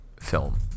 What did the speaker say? film